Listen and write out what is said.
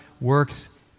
works